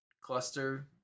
cluster